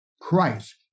Christ